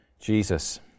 Jesus